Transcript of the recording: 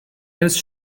else